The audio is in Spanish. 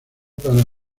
para